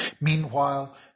Meanwhile